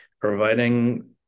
providing